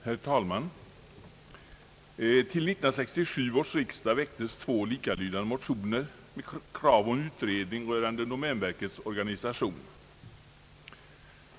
Herr talman! Till 1967 års riksdag väcktes två likalydande motioner med krav på utredning rörande domänverkets organisation.